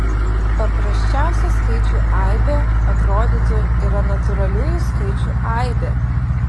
paprasčiausia skaičių aibė atrodytų yra natūraliųjų skaičių aibė